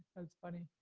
that's funny.